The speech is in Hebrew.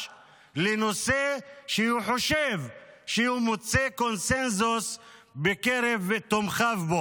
לנושא שהוא חושב שהוא מוצא עליו קונסנזוס בקרב תומכיו.